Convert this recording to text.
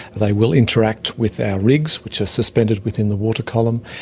they will interact with our rigs which are suspended within the water column,